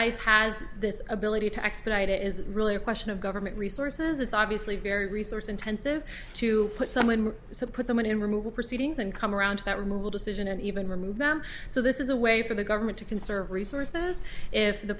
ice has this ability to expedite it is really a question of government resources it's obviously very resource intensive to put someone so put someone in removal proceedings and come around to that removal decision and even remove them so this is a way for the government to conserve resources if the